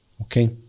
Okay